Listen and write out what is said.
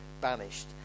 banished